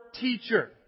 teacher